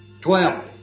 Twelve